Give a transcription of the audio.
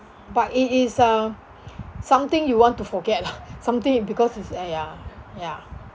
but it is um something you want to forget lah something because is a ya ya